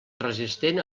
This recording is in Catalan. resistent